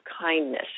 kindness